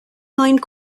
find